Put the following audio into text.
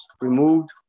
removed